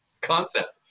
concept